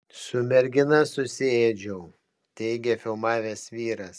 su mergina susiėdžiau teigia filmavęs vyras